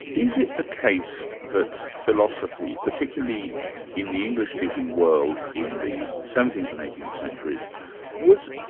is it the case that philosophy, particularly in the english-speaking world, in the seventeenth and eighteenth centuries was